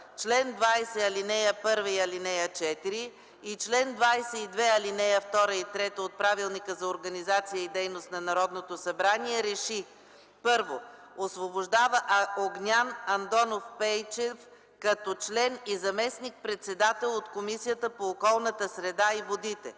чл. 20, ал. 1 и ал. 4 и чл. 22, ал. 2 и 3 от Правилника за организацията и дейността на Народното събрание РЕШИ: 1. Освобождава Огнян Андонов Пейчев като член и заместник-председател от Комисията по околната среда и водите.